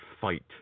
fight